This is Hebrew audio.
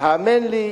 האמן לי,